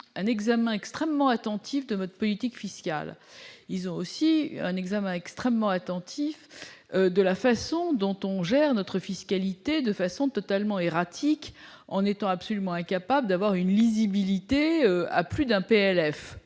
un examen extrêmement attentif de votre politique fiscale, ils ont aussi un examen extrêmement attentif de la façon dont on gère notre fiscalité, de façon totalement erratique. En étant absolument incapable d'avoir une visibilité à plus d'un PLF